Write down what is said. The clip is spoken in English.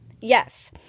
Yes